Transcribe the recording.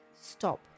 Stop